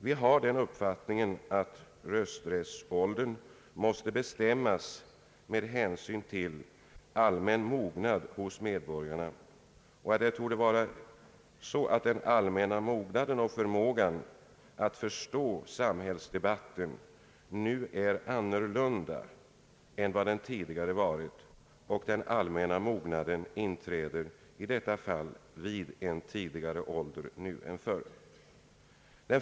Vi hyser den uppfattningen att rösträttsåldern måste bestämmas med hänsyn till den allmänna mognaden hos medborgarna. Det torde obestridligen vara så att den allmänna mognaden och förmågan att förstå samhällsdebatten nu är annorlunda än tidigare. Den allmänna mognaden inträder nu vid en tidigare ålder än förr.